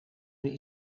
een